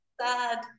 Sad